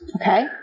Okay